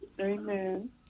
Amen